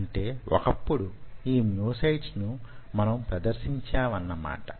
అంటే వొకప్పుడు యీ మ్యోసైట్స్ ను మనం ప్రదర్శించామన్న మాట